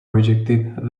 rejected